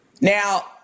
Now